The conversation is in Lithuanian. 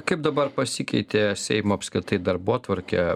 kaip dabar pasikeitė seimo tai darbotvarkę